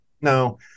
No